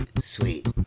sweet